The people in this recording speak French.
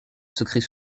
secret